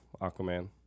Aquaman